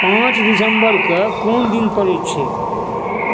पाँच दिसंबरक कऽ कोन दिन पड़ैत छै